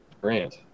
Grant